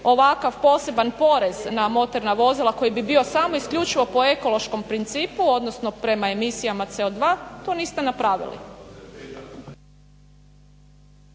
ovakav poseban porez na motorna vozila koji bi bio samo isključivo po ekološkom principu, odnosno prema emisijama CO2 to niste napravili.